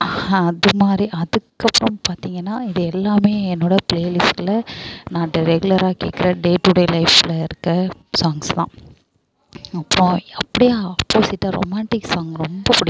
அதுமாதிரி அதுக்கப்றம் பார்த்திங்கன்னா இது எல்லாமே என்னோடய ப்ளே லிஸ்ட்ல நான் ட ரெகுலராக கேட்குற டே டுடே லைஃப்ல இருக்க சாங்ஸ்தான் அப்புறோம் அப்படே ஆப்போசிட்டாக ரொமேன்டிக் சாங் ரொம்ப பிடிக்